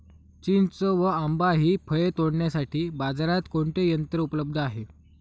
चिंच व आंबा हि फळे तोडण्यासाठी बाजारात कोणते यंत्र उपलब्ध आहे?